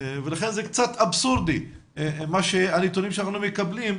לכן זה קצת אבסורדי הנתונים שאנחנו מקבלים,